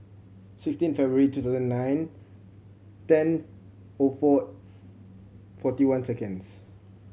sixteen February two thousand and nine ten O four forty one seconds